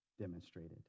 demonstrated